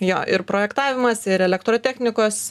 jo ir projektavimas ir elektrotechnikos